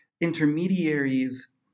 intermediaries